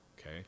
Okay